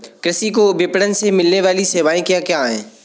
कृषि को विपणन से मिलने वाली सेवाएँ क्या क्या है